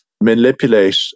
manipulate